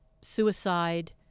suicide